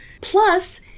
Plus